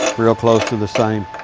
real close to the same.